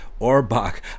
Orbach